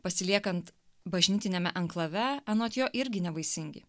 pasiliekant bažnytiniame anklave anot jo irgi nevaisingi